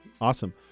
Awesome